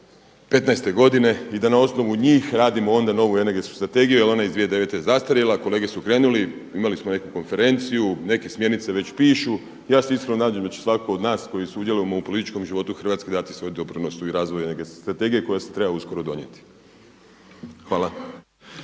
godine i da na osnovu njih radimo onda novu Energetsku strategiju, jer ona iz 2009. je zastarjela. Kolege su krenuli, imali smo nekakvu konferenciju. Neke smjernice već pišu. Ja se iskreno nadam da će svatko od nas koji sudjelujemo u političkom životu Hrvatske dati svoj doprinos u razvoj Energetske strategije koja se treba uskoro donijeti. Hvala.